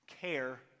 care